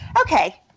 okay